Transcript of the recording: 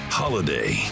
holiday